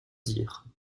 dire